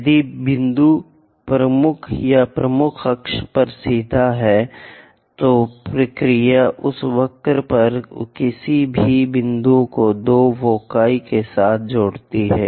यदि बिंदु प्रमुख या प्रमुख अक्ष पर सीधा है तो प्रक्रिया उस वक्र पर किसी भी बिंदु को दो फोकी के साथ जोड़ती है